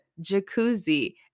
jacuzzi